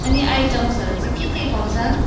अनि आइटम्सहरू चाहिँ के के पाउँछ